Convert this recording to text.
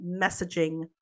messaging